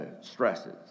stresses